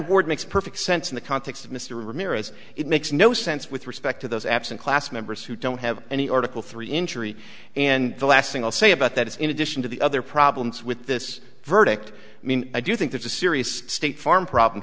word makes perfect sense in the context of mr ramirez it makes no sense with respect to those absent class members who don't have any article three injury and the last thing i'll say about that is in addition to the other problems with this verdict i mean i do think there's a serious state farm problem